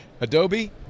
Adobe